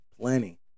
plenty